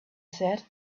said